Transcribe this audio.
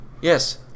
Yes